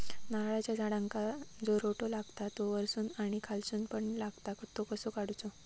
नारळाच्या झाडांका जो रोटो लागता तो वर्सून आणि खालसून पण लागता तो कसो काडूचो?